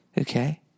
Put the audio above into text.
Okay